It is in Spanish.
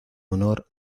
honor